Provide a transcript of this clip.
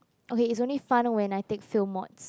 okay it's only fun when I take film mods